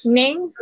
name